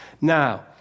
Now